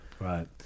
right